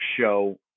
show